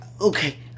okay